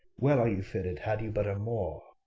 well are you fitted, had you but a moor.